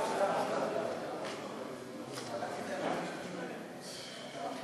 הנושא לוועדת הפנים והגנת הסביבה נתקבלה.